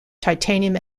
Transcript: titanium